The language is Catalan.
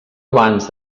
abans